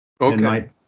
Okay